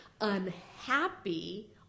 unhappy